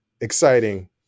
exciting